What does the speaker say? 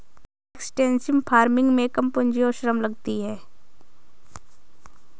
extensive farming में कम पूंजी और श्रम लगती है